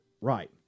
Right